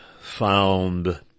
found